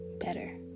better